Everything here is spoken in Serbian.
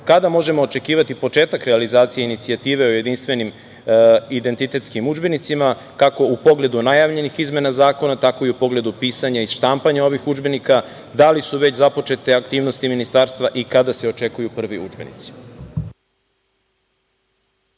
kada možemo očekivati početak realizacije Inicijative o jedinstvenim identitetskim udžbenicima kako u pogledu najavljenih izmena zakona, tako i u pogledu pisanja i štampanja ovih udžbenika, da li su već započete aktivnosti Ministarstva i kada se očekuju prvi udžbenici?